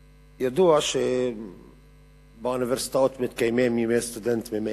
ידוע שבאוניברסיטאות מתקיימים ימי סטודנט ממילא.